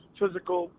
physical